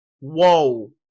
whoa